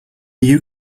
you